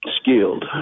skilled